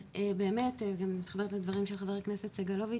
אז באמת אני גם מתחברת לדברים של חבר הכנסת סגלוביץ',